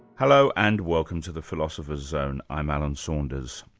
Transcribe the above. hello, and welcome to the philosopher's zone. i'm alan saunders.